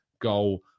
goal